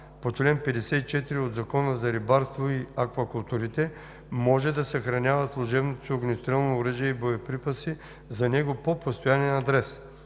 по чл. 54 от Закона за рибарството и аквакултурите може да съхраняват служебното си огнестрелно оръжие и боеприпаси за него по постоянен адрес.